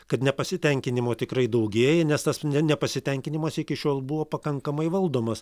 kad nepasitenkinimo tikrai daugėja nes tas ne nepasitenkinimas iki šiol buvo pakankamai valdomas